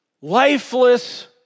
lifeless